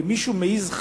ואם מישהו מעז,